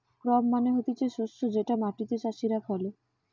crop মানে হতিছে শস্য যেটা মাটিতে চাষীরা ফলে